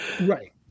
Right